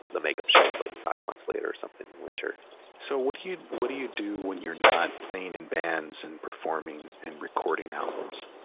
the makeup show was like five months later or something winter. bryan so what do you, what do you do when you're not playing in bands and performing and recording albums?